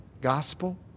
gospel